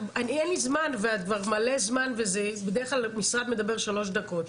אין לי זמן ואת כבר מלא זמן ובדרך כלל משרד מדבר שלוש דקות.